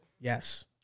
Yes